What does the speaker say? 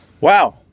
Wow